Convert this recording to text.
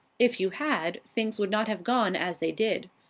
if you had, things would not have gone as they did.